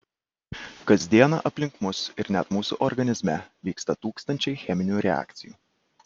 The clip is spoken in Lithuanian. kas dieną aplink mus ir net mūsų organizme vyksta tūkstančiai cheminių reakcijų